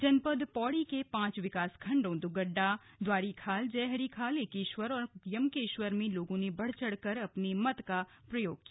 जनपद पौड़ी के पांच विकासखंडों द्गड्डा द्वारीखाल जयहरीखाल एकेश्वर और यमकेश्वर में लोगों ने बढ़चढ़ कर अपने मत का इस्तेमाल किया